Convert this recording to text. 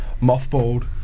mothballed